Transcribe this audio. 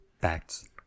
Facts